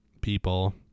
people